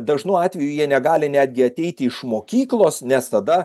dažnu atveju jie negali netgi ateiti iš mokyklos nes tada